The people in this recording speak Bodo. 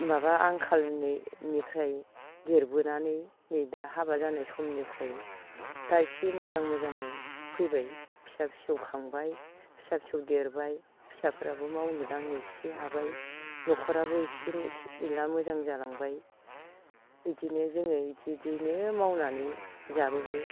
माबा आंखालनिफ्राय देरबोनानै नै दा हाबा जानाय समनिफ्राय दा इसे मोजां मोजाङाव फैबाय फिसा फिसौ खांबाय फिसा फिसौ देरबाय फिसाफोराबो मावनो दांनो इसे हाबाय न'खराबो इसे इला मोजां जालांबाय इदिनो जोङो इदिनो मावनानै जाबोबाय